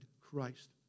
Christ